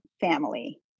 family